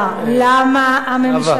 למה הממשלה,